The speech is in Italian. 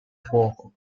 fuoco